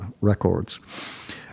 records